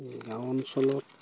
গাঁও অঞ্চলত